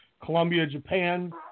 Colombia-Japan